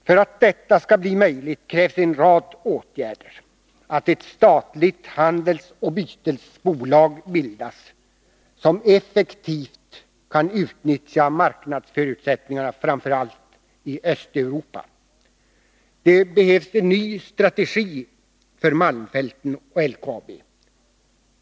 För att detta skall bli möjligt krävs en rad åtgärder: Ett statligt handelsoch bytesbolag måste bildas, som effektivt kan utnyttja marknadsförutsättningarna framför allt i Östeuropa. Det behövs en ny strategi för malmfälten och LKAB.